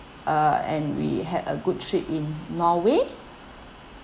uh and we had a good trip in norway